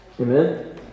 Amen